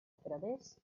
través